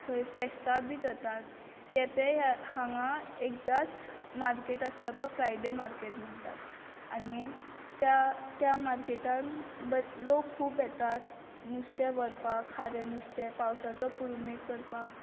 थंय फेस्तां बी जातात केपें हांगां एकदांच मार्केट आसता तो फ्रायडे मार्केट आनी त्या त्या मार्केटांत लोक खूब येतात नुस्त्या व्हरपाक खारें नुस्तें पावसाचो पुरुमेंत करपाक